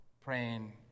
praying